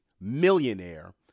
millionaire